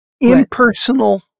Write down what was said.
Impersonal